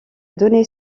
donné